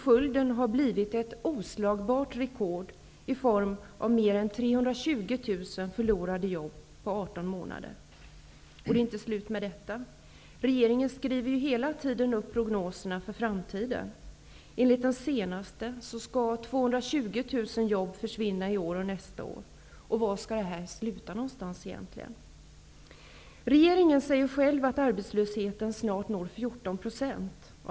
Följden har blivit ett oslagbart rekord i form av mer än 320 000 förlorade jobb på 18 månader. Det är inte slut med detta. Regeringen skriver hela tiden upp prognoserna för framtiden. Enligt den senaste skall 220 000 jobb försvinna i år och nästa år. Var skall det här sluta någonstans egentligen? Regeringen säger själv att arbetslösheten snart når 14 %.